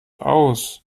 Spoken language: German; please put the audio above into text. aus